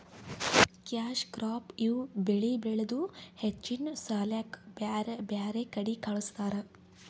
cash crop ಇವ್ ಬೆಳಿ ಬೆಳದು ಹೆಚ್ಚಿನ್ ಸಾಲ್ಯಾಕ್ ಬ್ಯಾರ್ ಬ್ಯಾರೆ ಕಡಿ ಕಳಸ್ತಾರ್